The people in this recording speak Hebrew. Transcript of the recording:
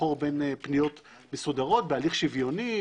ולבחור בין פניות מסודרות בהליך שוויוני,